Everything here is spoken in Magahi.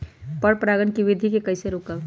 पर परागण केबिधी कईसे रोकब?